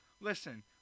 Listen